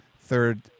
third